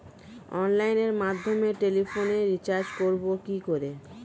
অনলাইনের মাধ্যমে টেলিফোনে রিচার্জ করব কি করে?